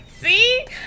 See